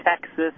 Texas